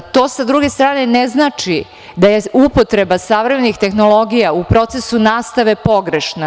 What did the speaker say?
Sa druge strane, to ne znači da je upotreba savremenih tehnologija u procesu nastave pogrešna.